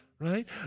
Right